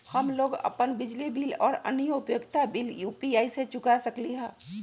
हम लोग अपन बिजली बिल और अन्य उपयोगिता बिल यू.पी.आई से चुका सकिली ह